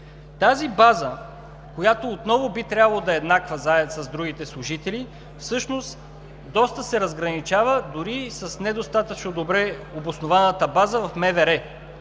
Тази база, която отново би трябвало да е еднаква с другите служители, всъщност доста се разграничава, дори и с недостатъчно добре обоснованата база в МВР.